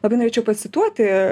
labai norėčiau pacituoti